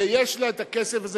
ויש לה הכסף הזה,